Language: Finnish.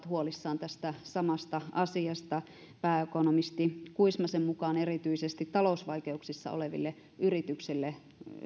huolissaan tästä samasta asiasta pääekonomisti kuismasen mukaan nyt erityisesti talousvaikeuksissa oleville yrityksille